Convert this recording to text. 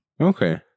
okay